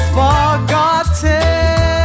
forgotten